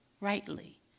rightly